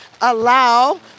allow